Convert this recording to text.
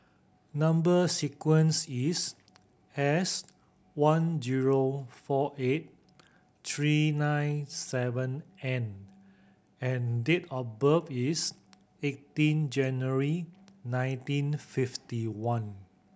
number sequence is S one zero four eight three nine seven N and date of birth is eighteen January nineteen fifty one